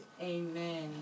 Amen